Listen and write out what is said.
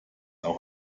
auch